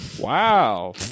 wow